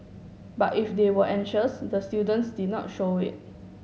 but if they were anxious the students did not show it